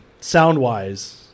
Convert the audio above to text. sound-wise